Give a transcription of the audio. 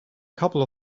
couple